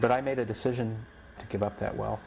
but i made a decision to give up that we